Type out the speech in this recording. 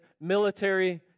military